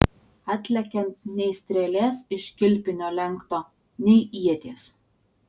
atlekiant nei strėlės iš kilpinio lenkto nei ieties